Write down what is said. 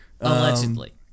Allegedly